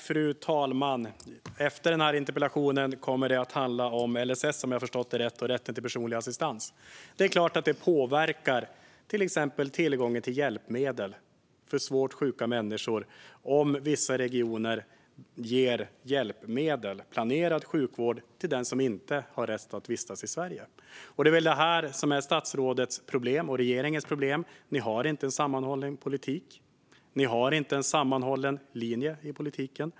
Fru talman! Ämnet för interpellationsdebatten efter denna kommer att vara LSS och rätten till personlig assistans, om jag har förstått det rätt. Det är klart att det påverkar till exempel tillgången till hjälpmedel för svårt sjuka människor om vissa regioner ger hjälpmedel och planerad sjukvård till den som inte har rätt att vistas i Sverige. Det är väl detta som är statsrådets och regeringens problem: Ni har inte en sammanhållen politik. Ni har inte en sammanhållen linje i politiken.